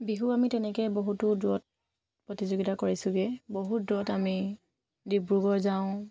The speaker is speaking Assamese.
বিহু আমি তেনেকৈ বহুতো দূৰত প্ৰতিযোগিতা কৰিছোগৈ বহুত দূৰত আমি ডিব্ৰুগড় যাওঁ